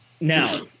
now